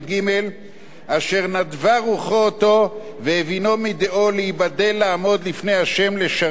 אשר נדבה רוחו אותו והבינו מדעו להיבדל לעמוד לפני ה' לשרתו ולעובדו,